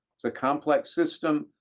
it's a complex system,